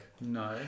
No